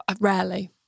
rarely